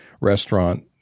restaurant